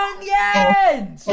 Onions